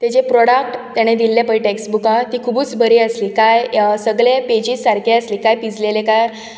ते जे प्रोडक्ट ताणें दिल्ले पळय टॅक्सबूकां ती खुबूच बरी आसली काय सगले पेजीस सारके आसली काय पिजलेले काय